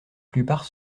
plupart